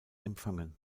empfangen